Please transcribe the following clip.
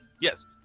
Yes